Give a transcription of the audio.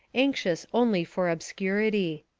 anxious only for obscurity.